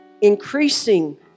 increasing